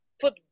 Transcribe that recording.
put